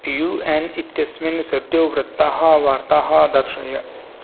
you N इत्यस्मिन् सद्योवृत्ताः वार्ताः दर्शय